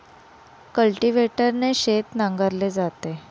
कल्टिव्हेटरने शेत नांगरले जाते